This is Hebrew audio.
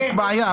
יש בעיה.